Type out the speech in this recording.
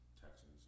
Texans